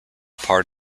part